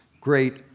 great